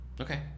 Okay